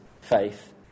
faith